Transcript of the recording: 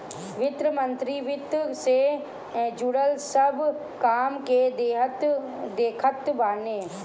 वित्त मंत्री वित्त से जुड़ल सब काम के देखत बाने